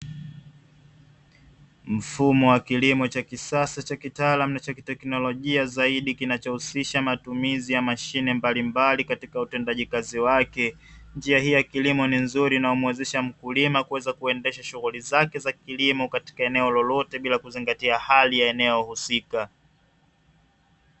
Mfumo wa kilimo cha kisasa cha kitaalamu na cha kiteknolojia zaidi, kinachohusisha matumizi ya mashine mbalimbali katika utendaji kazi wake. Njia hii ya kilimo ni nzuri inayomuwezesha mkulima kuweza kuendesha shughuli zake za kiilmo, katika eneo lolote bila kuzingatia hali ya eneo husika.